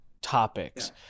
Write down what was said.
topics